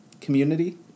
community